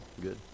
good